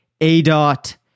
ADOT